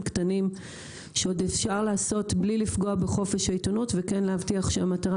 קטנים שעוד אפשר לעשות בלי לפגוע בחופש העיתונות וכן להבטיח שהמטרה